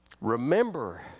Remember